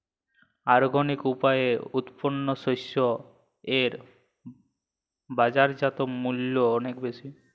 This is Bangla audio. অর্গানিক উপায়ে উৎপন্ন শস্য এর বাজারজাত মূল্য অনেক বেশি